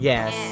Yes